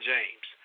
James